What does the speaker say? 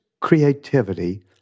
creativity